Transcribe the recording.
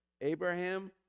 Abraham